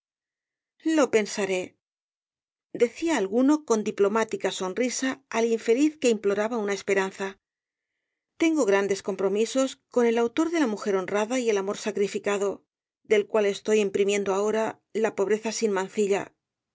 lo pensarédecía alguno con diplomática sonrisa al infeliz que imploraba una esperanza tengo grandes compromisos con el autor de la mujer honrada y el amor sacrificado del cual estoy imprimiendo ahora la pobreza sin mancilla